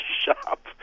Shop